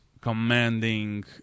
commanding